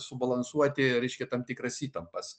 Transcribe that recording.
subalansuoti reiškia tam tikras įtampas